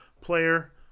player –